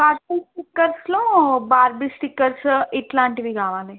cartoon స్టిక్కర్స్లో Barbie stickers ఇలాంటివి కావాలి